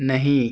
نہیں